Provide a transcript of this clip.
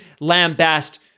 lambast